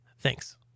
Thanks